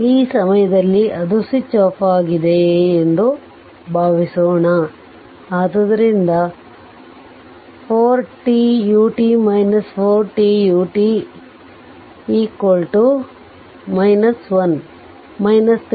ಈ ಸಮಯದಲ್ಲಿ ಅದು ಸ್ವಿಚ್ ಆಫ್ ಆಗಿದೆ ಎಂದು ಭಾವಿಸೋಣ ಆದ್ದರಿಂದ 4 t ut 4 t ut 3